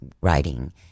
writing